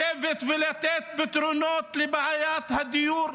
לשבת ולתת פתרונות לבעיית הדיור,